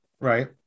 right